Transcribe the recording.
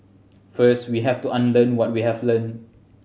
first we have to unlearn what we have learnt